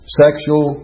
sexual